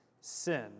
sin